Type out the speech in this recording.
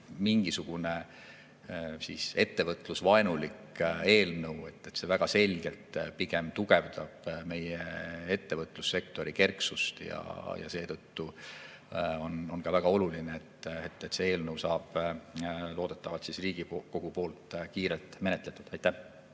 mingisugune ettevõtlusvaenulik eelnõu, see väga selgelt pigem tugevdab meie ettevõtlussektori kerksust. Seetõttu on ka väga oluline, et see eelnõu saab loodetavasti Riigikogus kiirelt menetletud. No